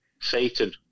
Satan